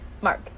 Mark